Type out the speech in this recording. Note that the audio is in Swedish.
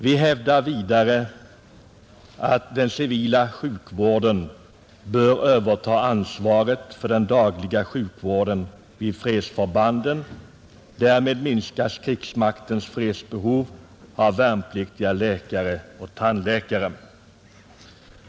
Vi hävdar att den civila sjukvården bör överta ansvaret för den dagliga sjukvården vid fredsförbanden. Därmed minskas krigsmaktens behov av värnpliktiga läkare och tandläkare.